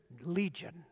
legion